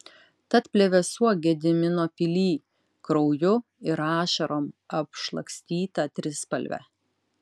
tad plevėsuok gedimino pily krauju ir ašarom apšlakstyta trispalve